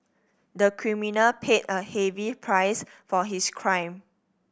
the criminal paid a heavy price for his crime